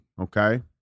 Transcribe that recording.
okay